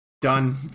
Done